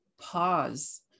pause